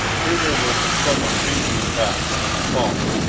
here there was a sudden fainting attack of his cough,